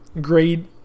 great